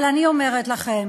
אבל אני אומרת לכם,